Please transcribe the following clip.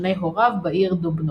שכני הוריו, בעיר דובנו.